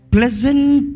Pleasant